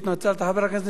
חבר הכנסת נסים זאב,